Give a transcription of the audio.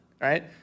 right